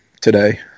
today